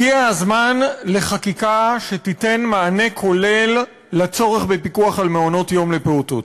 הגיע הזמן לחקיקה שתיתן מענה כולל לצורך בפיקוח על מעונות-יום לפעוטות.